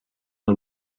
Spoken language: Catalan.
del